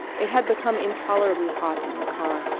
it had become intolerably hot in the car,